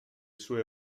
sue